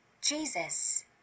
Jesus